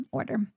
order